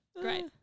Great